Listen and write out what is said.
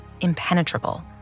impenetrable